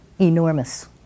enormous